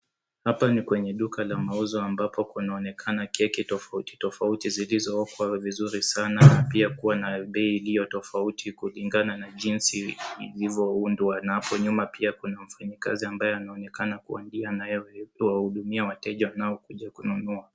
Hapa ni kwenye duka la mauzo ambapo kunaonekana keki tofauti zilizookwa vizuri sana pia kua na bei iliyo tofauti kulingana na jinsi ilivyoundwa, na pia kuna mfanyikazi ambaye anaonekana kwa njia anayo wahudumia wateja wanaokuja kununua.